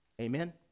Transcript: Amen